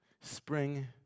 Spring